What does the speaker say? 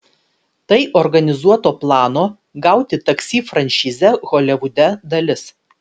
tai organizuoto plano gauti taksi franšizę holivude dalis